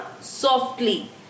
softly